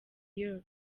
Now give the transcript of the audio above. year